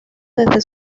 desde